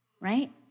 right